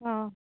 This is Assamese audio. অঁ